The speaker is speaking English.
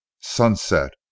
SUNSET